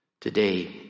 today